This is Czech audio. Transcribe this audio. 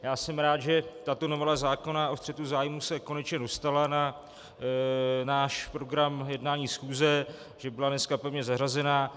Já jsem rád, že tato novela zákona o střetu zájmů se konečně dostala na náš program jednání schůze, že byla dneska pevně zařazena.